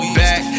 back